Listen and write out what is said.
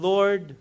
Lord